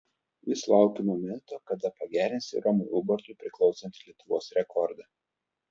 vis laukiu momento kada pagerinsi romui ubartui priklausantį lietuvos rekordą